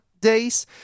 days